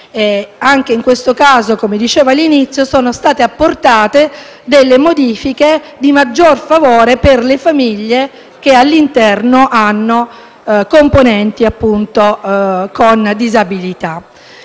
Anche in questo caso, come dicevo all'inizio, sono state apportate delle modifiche di maggior favore per le famiglie che, all'interno, hanno componenti con disabilità.